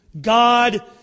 God